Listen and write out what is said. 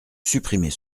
supprimer